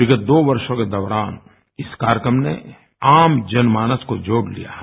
विगत दो वर्षो के दौरान इस कार्यक्रम ने आम जनमानस को जोड़ लिया है